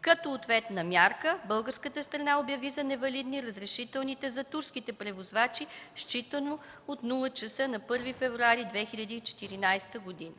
Като ответна мярка българската страна обяви за невалидни разрешителните за турските превозвачи, считано от 0,00 ч. на 1 февруари 2014 г.